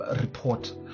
report